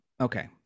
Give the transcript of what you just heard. okay